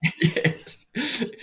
Yes